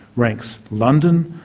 ranks london,